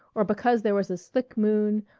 or because there was a slick moon,